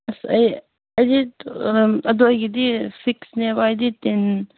ꯑꯁ ꯑꯩ ꯑꯗꯨ ꯑꯩꯒꯤꯗꯤ ꯐꯤꯛꯁꯅꯦꯕ ꯑꯩꯗꯤ ꯇꯦꯟ